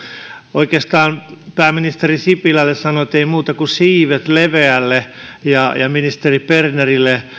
oikeastaan pääministeri sipilälle sanon että ei muuta kuin siivet leveälle ja ja ministeri bernerille